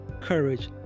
courage